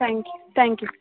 thank thank you